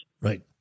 right